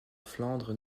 flandre